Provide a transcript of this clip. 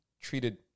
treated